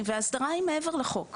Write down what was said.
והסדרה היא מעבר לחוק.